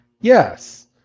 Yes